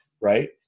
Right